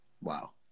wow